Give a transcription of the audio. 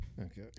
Okay